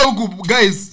Guys